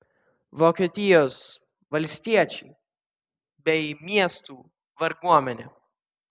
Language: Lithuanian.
vokietijos valstiečiai bei miestų varguomenė